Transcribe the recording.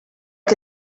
che